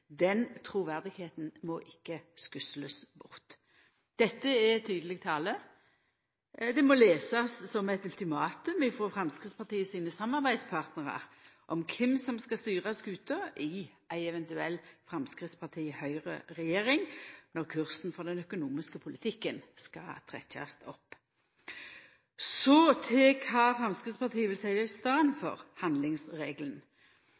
Den troverdigheten må ikke skusles vekk.» Dette er tydeleg tale. Det må lesast som eit ultimatum frå Framstegspartiet sine samarbeidspartnarar om kven som skal styra skuta i ei eventuell Framstegsparti/Høgre-regjering når kursen for den økonomiske politikken skal trekkjast opp. Så til kva Framstegspartiet vil setja i